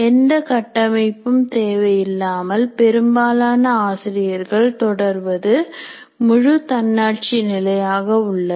எந்த கட்டமைப்பும் தேவையில்லாமல் பெரும்பாலான ஆசிரியர்கள் தொடர்வது முழு தன்னாட்சி நிலையாக உள்ளது